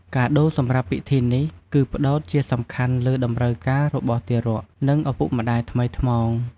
កាដូសម្រាប់ពិធីនេះ គឺផ្តោតជាសំខាន់លើតម្រូវការរបស់ទារក និងឪពុកម្តាយថ្មីថ្មោង។